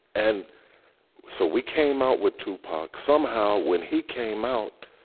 and so we came out with tupac somehow when he came out,